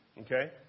Okay